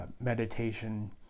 Meditation